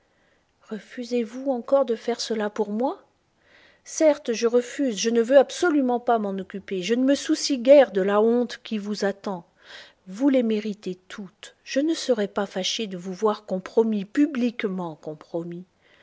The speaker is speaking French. refusez-vous encore de faire cela pour moi certes je refuse je ne veux absolument pas m'en occuper je ne me soucie guère de la honte qui vous attend vous les méritez toutes je ne serai pas fâché de vous voir compromis publiquement compromis